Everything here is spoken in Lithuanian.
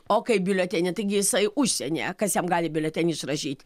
o kaip biuletenį taigi jisai užsienyje kas jam gali biuletenį išrašyt